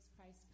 Christ